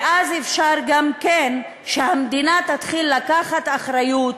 ואז אפשר גם שהמדינה תתחיל לקחת אחריות